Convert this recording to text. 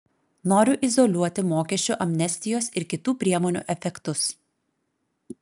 noriu izoliuoti mokesčių amnestijos ir kitų priemonių efektus